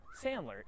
sandler